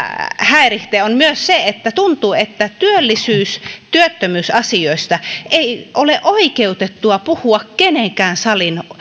häiritsee on myös se että tuntuu että työllisyys ja työttömyysasioista ei ole oikeutettua puhua kenenkään salin